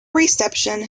reception